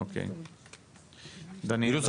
אירוס,